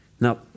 Now